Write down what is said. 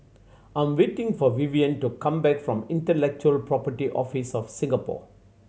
I'm waiting for Vivian to come back from Intellectual Property Office of Singapore